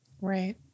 Right